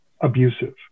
abusive